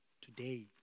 today